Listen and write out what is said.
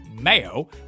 MAYO